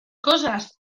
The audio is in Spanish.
cosas